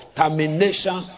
termination